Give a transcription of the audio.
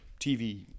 TV